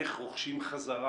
איך רוכשים חזרה